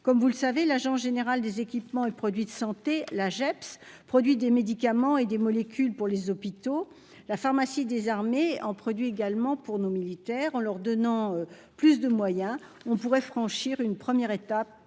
comme vous le savez l'Agence générale des équipements et produits de santé, la JEP, ce produit des médicaments et des molécules pour les hôpitaux, la pharmacie des en produit également pour nos militaires en leur donnant plus de moyens, on pourrait franchir une première étape